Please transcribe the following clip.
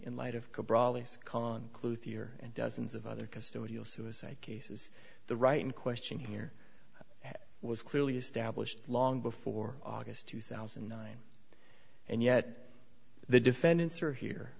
in light of clue theory and dozens of other custodial suicide cases the right in question here was clearly established long before august two thousand and nine and yet the defendants are here